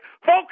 Focus